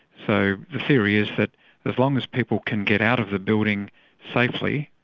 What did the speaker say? so the theory is that as long as people can get out of the building safely,